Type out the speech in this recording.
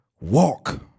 walk